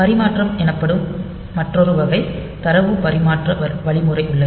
பரிமாற்றம் எனப்படும் மற்றொரு வகை தரவு பரிமாற்ற வழிமுறை உள்ளது